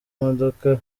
imodoka